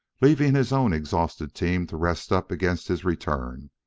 leaving his own exhausted team to rest up against his return,